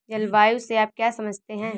जलवायु से आप क्या समझते हैं?